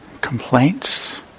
complaints